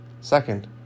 Second